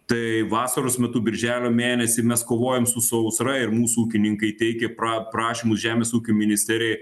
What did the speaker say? tai vasaros metu birželio mėnesį mes kovojam su sausra ir mūsų ūkininkai teikia pra prašymus žemės ūkio ministerijai